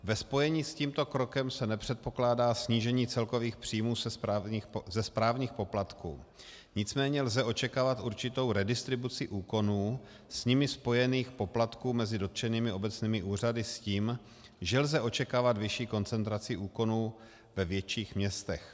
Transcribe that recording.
Ve spojení s tímto krokem se nepředpokládá snížení celkových příjmů ze správních poplatků, nicméně lze očekávat určitou redistribuci úkonů a s nimi spojených poplatků mezi dotčenými obecními úřady s tím, že lze očekávat vyšší koncentraci úkonů ve větších městech.